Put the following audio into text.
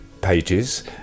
pages